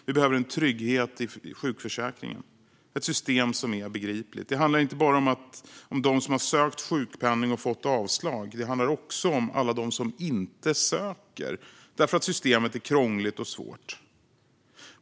Vi behöver trygghet i sjukförsäkringen, det vill säga ett system som är begripligt. Det handlar inte bara om dem som har sökt sjukpenning och har fått avslag, utan det handlar också om alla dem som inte söker därför att systemet är krångligt och svårt.